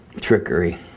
Trickery